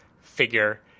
figure